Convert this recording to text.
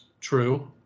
true